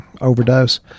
overdose